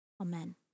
Amen